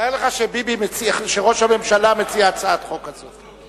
תאר לך שראש הממשלה מציע הצעת חוק כזאת,